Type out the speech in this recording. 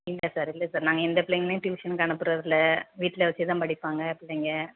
இல்லை சார் இல்லை சார் நாங்கள் எந்த பிள்ளைங்களையும் டியூஷனுக்கு அனுப்புறதில்லை வீட்டில் வச்சி தான் படிப்பாங்க பிள்ளைங்க